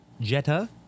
Jetta